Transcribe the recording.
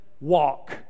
walk